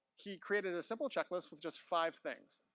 he created a simple checklist with just five things.